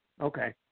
Okay